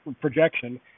projection